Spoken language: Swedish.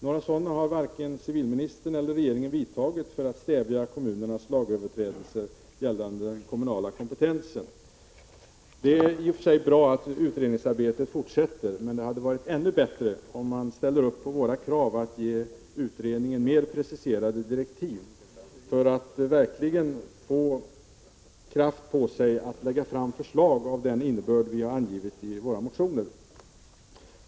Några sådana har inte civilministern och regeringen vidtagit för att stävja kommunernas lagöverträdelser när det gäller den kommunala kompetensen. Det är i och för sig bra att utredningsarbetet fortsätter, men det hade varit ännu bättre om man hade ställt upp på våra krav att ge utredningen mer preciserade direktiv för att den verkligen skall få kraft att lägga fram förslag av den innebörd vi har angivit i våra motioner.